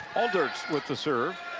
others with the serve